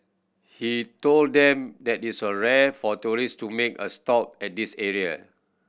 he told them that it was rare for tourists to make a stop at this area